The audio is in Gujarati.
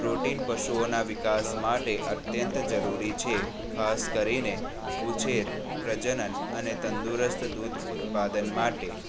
પ્રોટીન પશુઓના વિકાસ માટે અત્યંત જરૂરી છે ખાસ કરીને ઉછેર પ્રજનન અને તંદુરસ્ત દૂધ ઉત્પાદન માટે